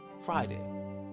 friday